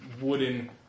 wooden